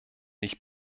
ich